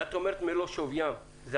------ כשאת אומרת "מלוא שוויים" זו